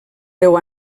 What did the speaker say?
deu